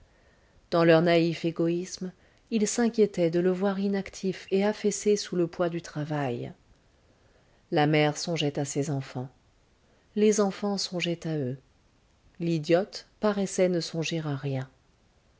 dans leur naïf égoïsme ils s'inquiétaient de le voir inactif et affaissé sous le poids du travail la mère songeait à ses enfants les enfants songeaient à eux l'idiote paraissait ne songer à rien